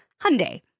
Hyundai